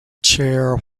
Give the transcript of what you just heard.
chair